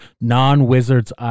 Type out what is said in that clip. non-Wizards